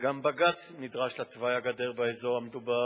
גם בג"ץ שנדרש לתוואי הגדר באזור המדובר,